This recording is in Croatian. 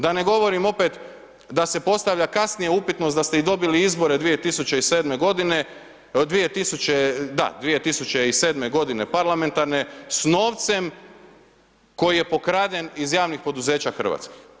Da ne govorim opet da se postavlja kasnije upitnost da ste i dobili izbore 2007. godine, da, 2007. godine parlamentarne sa novcem koji je pokraden iz javnih poduzeća hrvatskih.